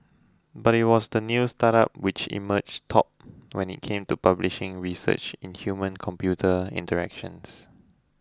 but it was the new startup which emerged top when it came to publishing research in humancomputer interactions